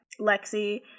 Lexi